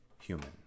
human